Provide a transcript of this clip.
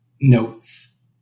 notes